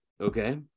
Okay